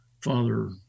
Father